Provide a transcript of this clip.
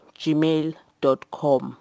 gmail.com